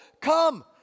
come